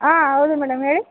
ಹಾಂ ಹೌದು ಮೇಡಮ್ ಹೇಳಿ